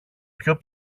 πιο